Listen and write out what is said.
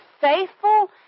faithful